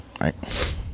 Right